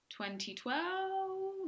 2012